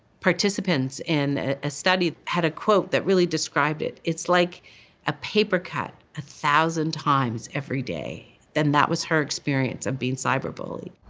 participants in a study had a quote that really described it. it's like a paper cut a thousand times every day. and that was her experience of being cyberbullied.